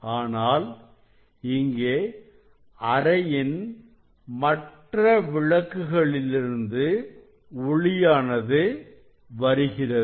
ஆனால் இங்கே அறையின் மற்ற விளக்குகளிலிருந்து ஒளியானது வருகிறது